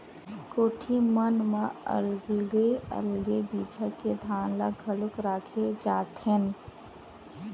कोठी मन म अलगे अलगे बिजहा के धान ल घलोक राखे जाथेन